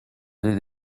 did